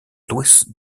louis